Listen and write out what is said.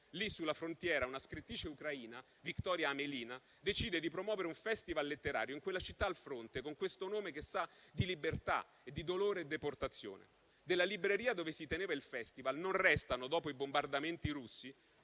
Lì sulla frontiera, una scrittrice ucraina, Viktorija Amelina, decide di promuovere un festival letterario in quella città al fronte, con questo nome che sa di libertà, di dolore e deportazione. Della libreria dove si teneva il festival non restano, dopo i bombardamenti russi,